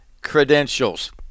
credentials